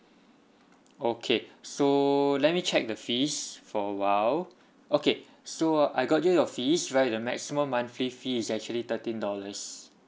okay so let me check the fees for a while okay so uh I got you your fees right the maximum monthly fee is actually thirteen dollars